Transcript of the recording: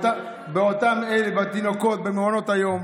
הישע, בתינוקות במעונות היום.